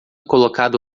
colocado